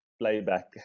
playback